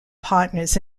partners